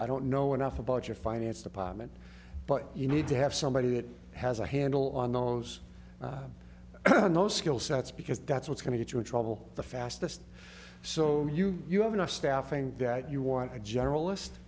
i don't know enough about your finance department but you need to have somebody that has a handle on those no skill sets because that's what's going to church trouble the fastest so you you have enough staffing that you want a generalist